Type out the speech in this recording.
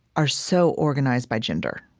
are so organized by gender.